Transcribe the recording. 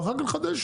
ואחר כך לחדש.